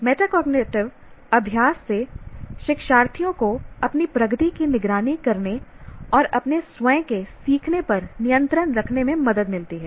metacognitive अभ्यास से शिक्षार्थियों को अपनी प्रगति की निगरानी करने और अपने स्वयं के सीखने पर नियंत्रण रखने में मदद मिलती है